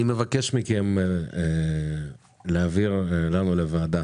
אני מבקש מכם להעביר לוועדה